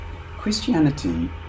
Christianity